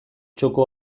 txoko